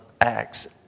Acts